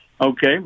Okay